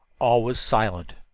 all was silent!